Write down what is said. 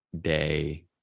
day